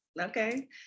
Okay